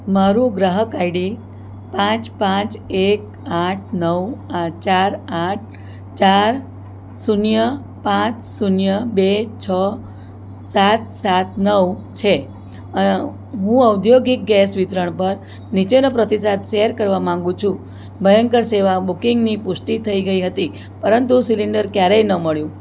મારું ગ્રાહક આઈડી પાંચ પાંચ એક આઠ નવ આ ચાર આઠ ચાર શૂન્ય પાંચ શૂન્ય બે છ સાત સાત નવ છે હું ઔધ્યોગિક ગેસ વિતરણ પર નીચેનો પ્રતિસાદ શેર કરવા માગું છું ભયંકર સેવા બુકિંગની પુષ્ટિ થઈ ગઈ હતી પરંતુ સિલિન્ડર ક્યારેય ન મળ્યું